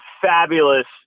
fabulous